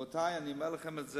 רבותי, אני אומר לכם את זה.